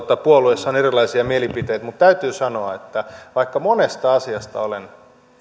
puolueessa on erilaisia mielipiteitä mutta täytyy sanoa että vaikka monesta asiasta olen